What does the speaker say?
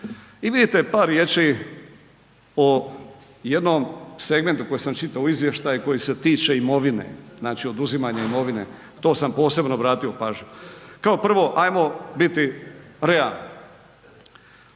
I vidite, par riječi o jednom segmentu koji sam čitao u izvještaj, koji se tiče imovine, znači oduzimanja imovine, to sam posebno bratio pažnju. Kao prvo, ajmo biti realni.